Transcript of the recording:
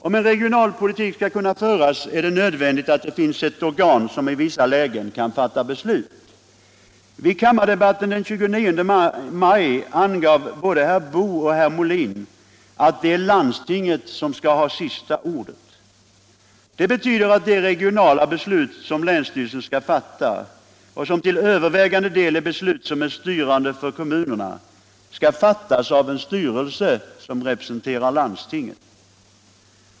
Om en regional politik skall kunna föras, är det nödvändigt att det finns ett organ som i vissa lägen kan fatta beslut. I kammardebatten den 29 maj angav både herr Boo och herr Molin att det är landstinget som skall ha sista ordet. Det betyder att de regionala beslut, som länsstyrelsen skall fatta och som till övervägande delen är styrande för kommunerna, skall fattas av en styrelse som representerar landstinget.